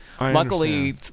luckily